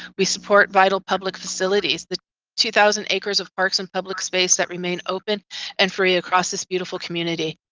we support vital public facilities the two thousand acres of park some public space that remain open and free across this beautiful community.